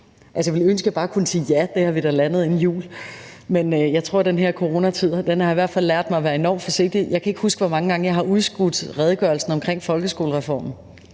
Jeg ville ønske, at jeg bare ville kunne sige ja, og at det har vi da landet inden jul. Men jeg tror, at den her coronatid i hvert fald har lært mig at være enormt forsigtig. Jeg kan ikke huske, hvor mange gange jeg har udskudt redegørelsen om folkeskolereformen.